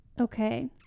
Okay